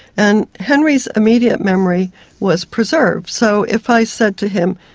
and henry's immediate memory was preserved. so if i said to him,